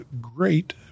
great